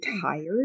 tired